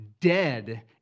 dead